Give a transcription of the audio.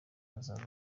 hazaza